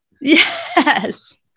Yes